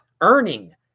earning